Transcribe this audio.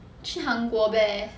去韩国呗